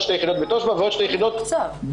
עוד שתי יחידות בתושב"ע ועוד שתי יחידות בתנ"ך,